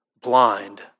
blind